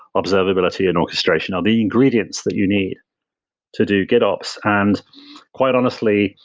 observability and orchestration are the ingredients that you need to do gitops and quite honestly,